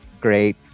great